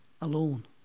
alone